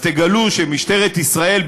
אז תגלו שמשטרת ישראל,